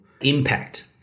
impact